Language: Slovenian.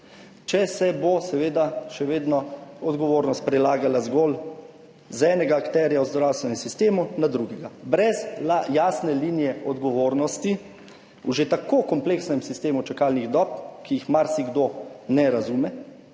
če se bo seveda še vedno odgovornost prelagala zgolj z enega akterja v zdravstvenem sistemu na drugega, brez jasne linije odgovornosti v že tako kompleksnem sistemu čakalnih dob, ki jih marsikdo ne razume,